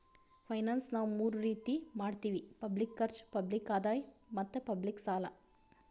finance ನಾವ್ ಮೂರ್ ರೀತಿ ಮಾಡತ್ತಿವಿ ಪಬ್ಲಿಕ್ ಖರ್ಚ್, ಪಬ್ಲಿಕ್ ಆದಾಯ್ ಮತ್ತ್ ಪಬ್ಲಿಕ್ ಸಾಲ